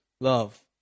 Love